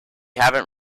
haven’t